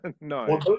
No